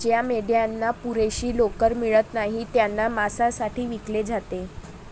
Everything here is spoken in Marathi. ज्या मेंढ्यांना पुरेशी लोकर मिळत नाही त्यांना मांसासाठी विकले जाते